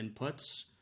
inputs